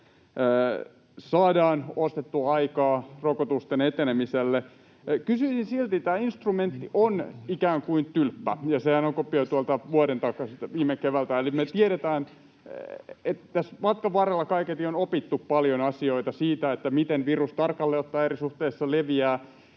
saadaan ostettua aikaa rokotusten etenemiselle. Kysyisin silti: Tämä instrumentti on ikään kuin tylppä, ja sehän on kopio vuoden takaisesta, viime keväältä. Me tiedetään, että tässä matkan varrella kaiketi on opittu paljon asioita siitä, miten virus tarkalleen ottaen eri suhteissa leviää,